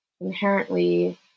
inherently